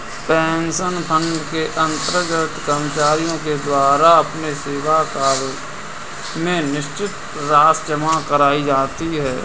pension fund के अंतर्गत कर्मचारियों के द्वारा अपने सेवाकाल में निश्चित राशि जमा कराई जाती है